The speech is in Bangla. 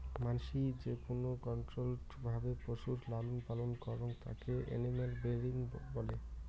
মানাসি যেকোন কন্ট্রোল্ড ভাবে পশুর লালন পালন করং তাকে এনিম্যাল ব্রিডিং বলে